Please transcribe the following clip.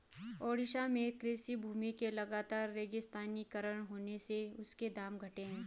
ओडिशा में कृषि भूमि के लगातर रेगिस्तानीकरण होने से उनके दाम घटे हैं